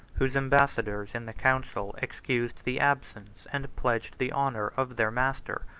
whose ambassadors in the council excused the absence, and pledged the honor, of their master.